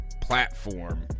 platform